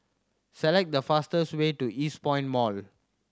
select the fastest way to Eastpoint Mall